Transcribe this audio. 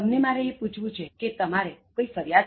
તમને મારે એ પૂછવું છે કે તમારે કોઇ ફરિયાદ છે